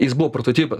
jis buvo prototipas